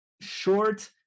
short